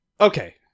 Okay